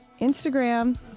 Instagram